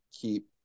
keep